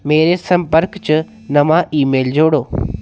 मेरे संपर्क च नमां ईमेल जोड़ो